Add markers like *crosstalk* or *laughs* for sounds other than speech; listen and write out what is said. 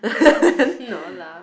*laughs* no lah